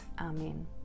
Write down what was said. Amen